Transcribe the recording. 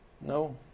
No